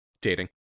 dating